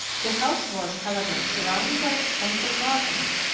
the house was, however, surrounded by extensive gardens,